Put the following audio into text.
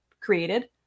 created